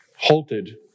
halted